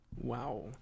Wow